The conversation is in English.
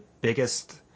biggest